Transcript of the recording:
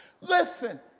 Listen